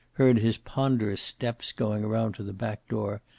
heard his ponderous steps going around to the back door,